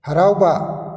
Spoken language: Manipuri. ꯍꯔꯥꯎꯕ